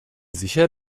sicher